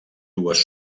dues